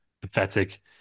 Pathetic